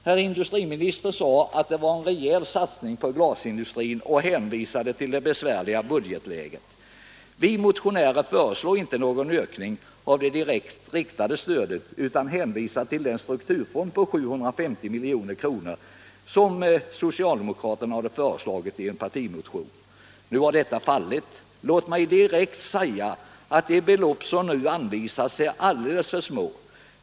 Herr industriministern sade att det var en rejäl satsning på glasindustrin och hänvisade till det besvärliga budgetläget. Vi motionärer föreslår inte någon ökning av det direkt riktade stödet utan hänvisar till den struktwurfond på 750 milj.kr. som socialdemokraterna hade föreslagit i en partimotion. Nu har detta fallit. Låt mig då direkt säga att de belopp som nu anvisas är alldeles för små.